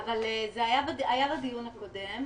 זה היה בדיון הקודם.